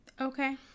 Okay